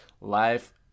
Life